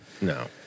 No